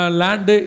land